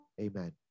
Amen